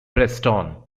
preston